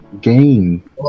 game